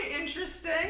interesting